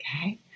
Okay